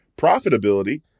profitability